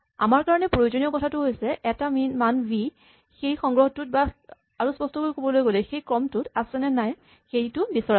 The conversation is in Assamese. আমাৰ কাৰণে প্ৰয়োজনীয় কথাটো হৈছে এটা মান ভি সেই সংগ্ৰহটোত বা আৰু স্পষ্টকৈ ক'বলৈ গ'লে সেই ক্ৰমটোত আছেনে নাই সেইটো বিচাৰাটো